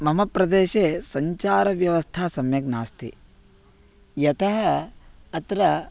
मम प्रदेशे सञ्चारव्यवस्था सम्यक् नास्ति यतः अत्र